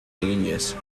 eginez